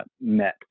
met